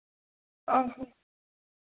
ᱚ ᱦᱚᱸ